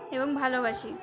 এবং ভালোবাসি